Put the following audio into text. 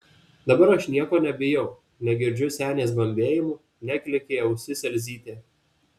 dabar aš nieko nebijau negirdžiu senės bambėjimų neklykia į ausis elzytė